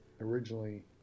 originally